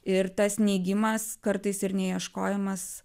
ir tas neigimas kartais ir neieškojimas